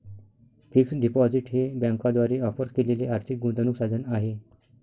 fixed deposit हे बँकांद्वारे offer केलेले आर्थिक गुंतवणूक साधन आहे